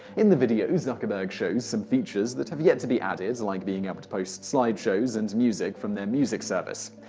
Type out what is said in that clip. in the video, zuckerberg shows some features that have yet to be added, like being able to post slideshows and music from their music service.